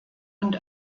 und